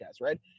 right